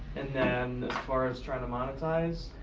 and then as far as trying to monetize?